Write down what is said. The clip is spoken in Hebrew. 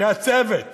שהצוות